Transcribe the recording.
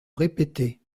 répéter